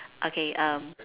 okay um